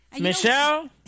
Michelle